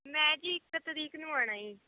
ਮੈਂ ਜੀ ਇੱਕ ਤਰੀਕ ਨੂੰ ਆਉਣਾ ਹੈ